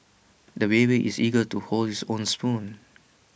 the baby is eager to hold his own spoon